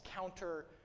counter